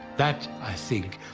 that, i think,